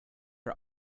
are